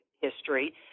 history